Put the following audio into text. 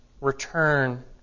return